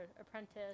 Apprentice